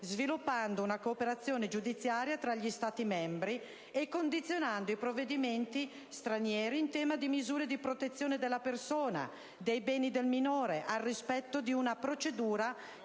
sviluppando una cooperazione giudiziaria tra gli Stati membri, e condizionando i provvedimenti stranieri in tema di misure di protezione della persona e dei beni del minore al rispetto di una procedura